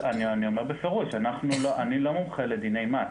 אני אומר בפירוש, אני לא מומחה לדיני מס.